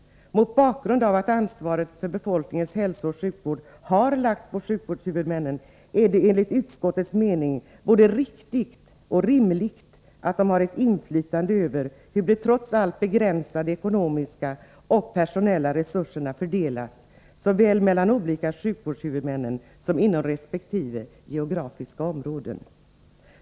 Mot bakgrund av att ansvaret för befolkningens hälsooch sjukvård har lagts på sjukvårdshuvudmännen är det enligt utskottets mening både riktigt och rimligt att de har ett inflytande över hur de trots allt begränsade ekonomiska och personella resurserna fördelas, såväl mellan de olika sjukvårdshuvudmännen som inom deras resp. geografiska områden.